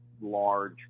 large